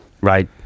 right